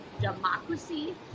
democracy